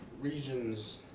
regions